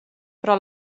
però